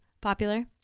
popular